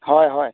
হয় হয়